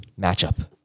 matchup